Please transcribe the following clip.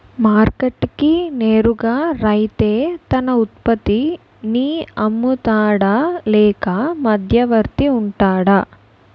Market కి నేరుగా రైతే తన ఉత్పత్తి నీ అమ్ముతాడ లేక మధ్యవర్తి వుంటాడా?